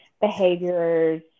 behaviors